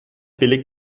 billigt